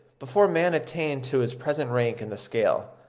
before man attained to his present rank in the scale,